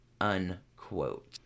Unquote